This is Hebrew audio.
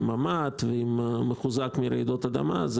עם ממ"ד ומחוזק מפני רעידות אדמה.